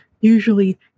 Usually